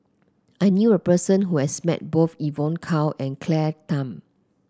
I knew a person who has met both Evon Kow and Claire Tham